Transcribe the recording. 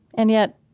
and yet,